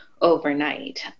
overnight